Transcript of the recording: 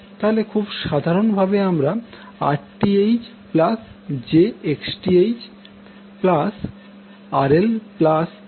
তাহলে খুব সাধারণভাবে আমরা Rth j XTh RL j XL লিখতে পারি